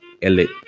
elite